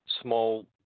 Small